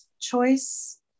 choice